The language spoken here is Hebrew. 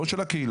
לא של הקהילה,